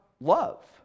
love